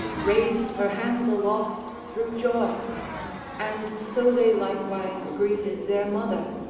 raised her hands aloft through joy and so they likewise greeted their mother,